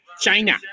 China